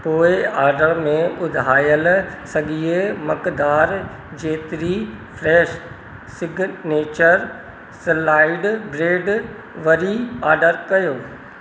पोएं ऑडर में ॿुधायल साॻिए मक़दारु जेतिरी फ्रेश सिगनेचर स्लाइड ब्रेड वरी ऑडर कयो